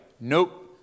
Nope